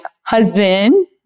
husband